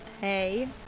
hey